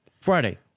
Friday